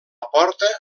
porta